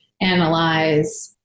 analyze